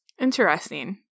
Interesting